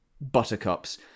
buttercups